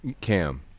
cam